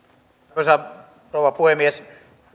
arvoisa rouva puhemies